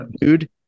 dude